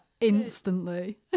instantly